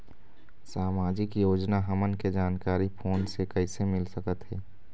सामाजिक योजना हमन के जानकारी फोन से कइसे मिल सकत हे?